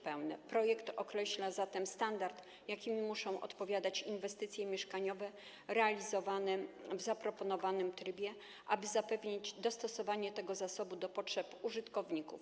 Projekt określa zatem standard, jakiemu muszą odpowiadać inwestycje mieszkaniowe realizowane w zaproponowanym trybie, aby zapewnić dostosowanie tego zasobu do potrzeb użytkowników.